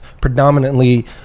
Predominantly